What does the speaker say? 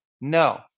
No